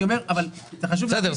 אני אומר שזה חשוב להבין --- בסדר,